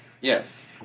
yes